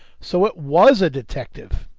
so it was a detective!